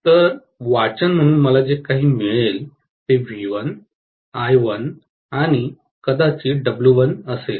तर वाचन म्हणून मला जे मिळेल ते व्ही 1 आय 1 आणि कदाचित डब्ल्यू 1 असेल